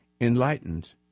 enlightened